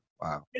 Wow